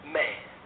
man